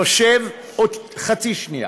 עוד חצי שנייה.